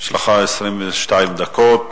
יש לך 22 דקות.